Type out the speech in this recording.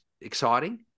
exciting